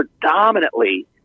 predominantly